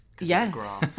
Yes